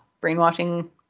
brainwashing